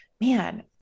man